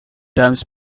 times